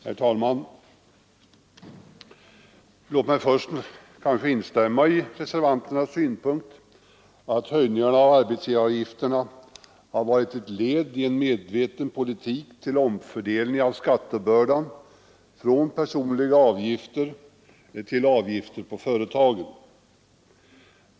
Herr talman! Låt mig först instämma i reservanternas synpunkt att höjningarna av arbetsgivaravgifterna har varit ett led i en medveten politik för omfördelning av skattebördan från personliga avgifter till avgifter på företagen.